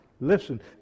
Listen